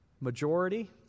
Majority